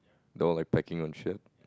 they're all like pecking on shit